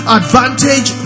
advantage